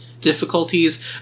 difficulties